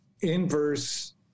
inverse